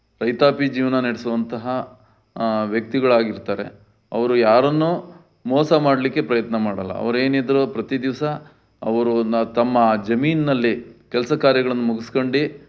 ರೈತಾಪಿ ಜೀವನ ನೆಡೆಸುವಂತಹ ವ್ಯಕ್ತಿಗಳಾಗಿರ್ತಾರೆ ಅವರು ಯಾರನ್ನೂ ಮೋಸ ಮಾಡಲಿಕ್ಕೆ ಪ್ರಯತ್ನ ಮಾಡೋಲ್ಲ ಅವರೇನಿದ್ರೂ ಪ್ರತಿ ದಿವಸ ಅವರು ನ ತಮ್ಮ ಜಮೀನಿನಲ್ಲಿ ಕೆಲಸ ಕಾರ್ಯಗಳನ್ನು ಮುಗ್ಸ್ಕಂಡು